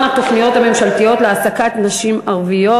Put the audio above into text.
התוכניות הממשלתיות להעסקת נשים ערביות.